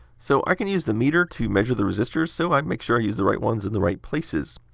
so, i can use the meter to measure the resistors so i make sure i use the right ones in the right places.